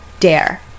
Dare